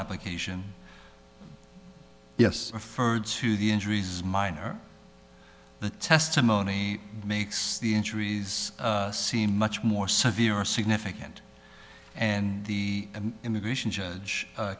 application yes a furred to the injuries minor the testimony makes the injuries seem much more severe or significant and the immigration judge